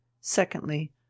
secondly